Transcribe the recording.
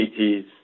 PTs